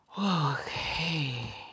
okay